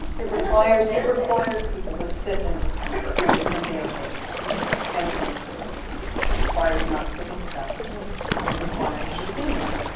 it requires it requires people to sit in discomfort and be okay with that yeah and to move through it. it requires not skipping steps and it requires just being there.